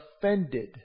offended